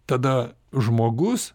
tada žmogus